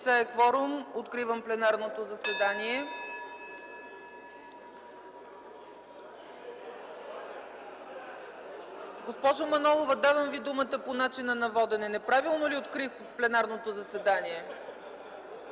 и реплики от КБ.) Госпожо Манолова, давам Ви думата по начина на водене. Неправилно ли открих пленарното заседание?